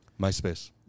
Myspace